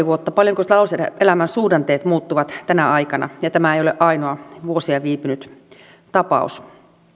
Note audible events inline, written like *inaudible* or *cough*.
*unintelligible* vuotta paljonko talouselämän suhdanteet muuttuvat tänä aikana ja tämä ei ole ainoa vuosia viipynyt tapaus